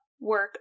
work